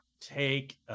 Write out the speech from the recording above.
take